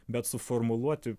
bet suformuluoti